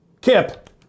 Kip